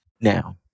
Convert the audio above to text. Now